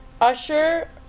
Usher